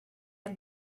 are